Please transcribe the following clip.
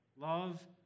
Love